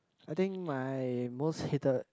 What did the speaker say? I think my most hated